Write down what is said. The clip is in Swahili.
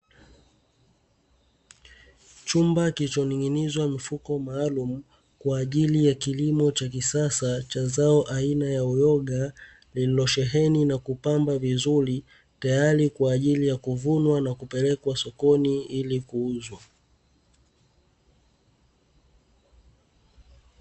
Chumba kilichoning'inizwa mifuko maalum kwa ajili ya kilimo cha kisasa cha zao aina ya uyoga, lililosheheni na kupamba vizuri tayari kwa ajili ya kuvunwa na kupelekwa sokoni ilikuuzwa.